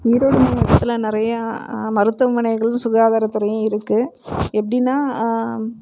நீலகிரி மாவட்டத்தில் நிறையா மருத்துவமனைகளும் சுகாதாரத்துறையும் இருக்கு எப்படின்னா